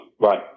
right